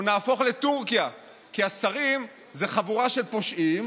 או נהפוך לטורקיה, כי השרים זו חבורה של פושעים